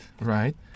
right